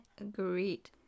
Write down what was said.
agreed